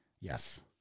Yes